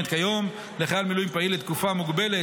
כיום לחייל מילואים פעיל לתקופה מוגבלת,